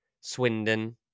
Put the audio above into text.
Swindon